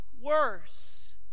worse